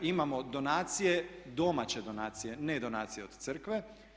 Imamo donacije, domaće donacije ne donacije od crkve.